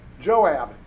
Joab